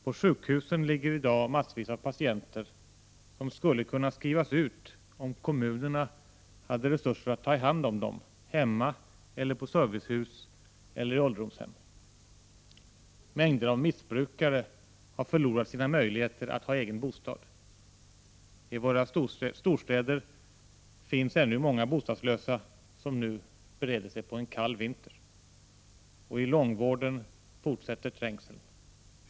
På sjukhusen ligger i dag en mängd patienter som skulle kunna skrivas ut, om kommunerna hade resurser att ta hand om dem hemma, i servicehus eller på ålderdomshem. En mängd missbrukare har förlorat sina möjligheter att ha en egen bostad. I våra storstäder finns det ännu många bostadslösa, och nu bereder sig dessa på en kall vinter. I långvården fortsätter trängseln.